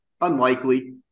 unlikely